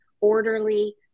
orderly